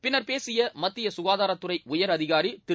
பின்னர் பேசிய மத்திய சுகாதாரத்துறை உயர் அதிகாரி திரு